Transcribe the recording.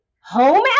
home